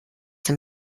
der